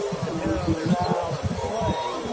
but depending on their style of play,